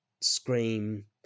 scream